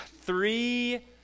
three